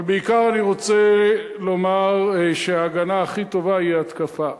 אבל בעיקר אני רוצה לומר שההגנה הכי טובה היא ההתקפה.